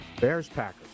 Bears-Packers